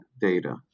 data